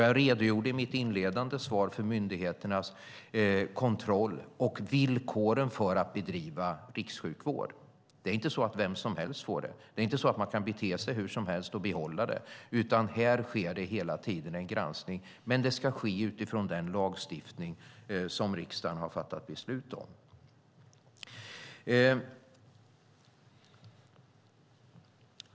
Jag redogjorde i mitt inledande svar för myndigheternas kontroll och villkoren för att bedriva rikssjukvård. Det är inte så att vem som helst får göra det. Det är inte så att man kan bete sig hur som helst och behålla den. Här sker det hela tiden en granskning. Men det ska ske utifrån den lagstiftning som riksdagen har fattat beslut om.